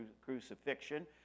crucifixion